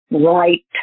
right